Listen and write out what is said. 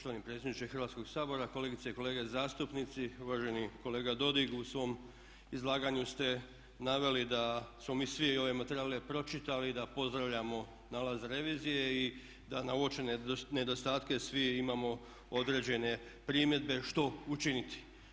Poštovani predsjedniče Hrvatskog sabora, kolegice i kolege zastupnici, uvaženi kolega Dodig u svom izlaganju ste naveli da smo mi svi ove materijale pročitali, da pozdravljamo nalaz revizije i da na uočene nedostatke svi imamo određene primjedbe što učiniti.